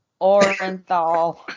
Orenthal